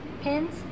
pins